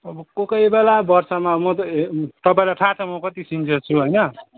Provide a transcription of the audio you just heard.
अब को कोही बेला वर्षमा म त तपाईँलाई थाहा छ म कति सिन्सियर छु होइन